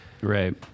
Right